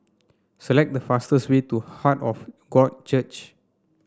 select the fastest way to Heart of God Church